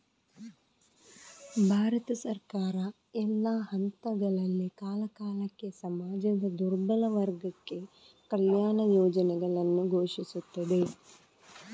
ಭಾರತ ಸರ್ಕಾರ, ಎಲ್ಲಾ ಹಂತಗಳಲ್ಲಿ, ಕಾಲಕಾಲಕ್ಕೆ ಸಮಾಜದ ದುರ್ಬಲ ವರ್ಗಕ್ಕೆ ಕಲ್ಯಾಣ ಯೋಜನೆಗಳನ್ನು ಘೋಷಿಸುತ್ತದೆ